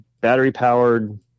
battery-powered